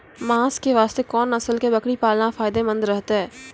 मांस के वास्ते कोंन नस्ल के बकरी पालना फायदे मंद रहतै?